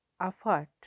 effort